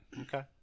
Okay